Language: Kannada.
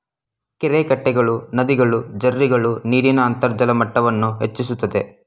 ಕೆರೆಕಟ್ಟೆಗಳು, ನದಿಗಳು, ಜೆರ್ರಿಗಳು ನೀರಿನ ಅಂತರ್ಜಲ ಮಟ್ಟವನ್ನು ಹೆಚ್ಚಿಸುತ್ತದೆ